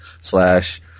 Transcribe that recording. slash